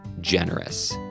generous